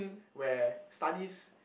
where studies